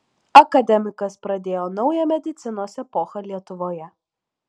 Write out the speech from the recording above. akademikas pradėjo naują medicinos epochą lietuvoje